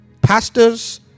Pastors